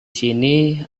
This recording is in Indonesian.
sini